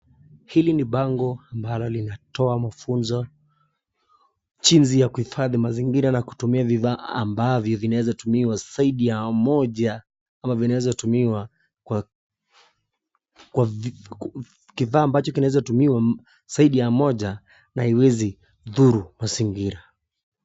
Hili ni bango ambalo linatoa mafunzo jinsi ya kuifadhi mazingira na kutumia bidhaa ambavyo vinaweza kutumiwa saidi ya moja ama vinaweza tumiwa kwa kifaa ambacho kinaweza tumiwa saidi ya moja na haiwezi dhuru mazingira.